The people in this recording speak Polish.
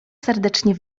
serdecznie